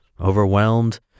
overwhelmed